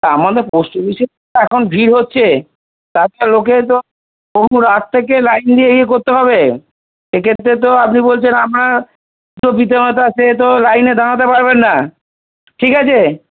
আমাদের পোষ্ট অফিসে তো এখন ভিড় হচ্ছে তাছাড়া লোকে তো বহু রাত থেকে লাইন দিয়ে ইয়ে করতে হবে সে ক্ষেত্রে তো আপনি বলছেন আপনার বৃদ্ধ পিতামাতা সে তো লাইনে দাঁড়াতে পারবেন না ঠিক আছে